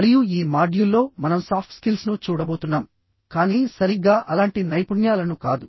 మరియు ఈ మాడ్యూల్లోమనం సాఫ్ట్ స్కిల్స్ను చూడబోతున్నాంకానీ సరిగ్గా అలాంటి నైపుణ్యాలను కాదు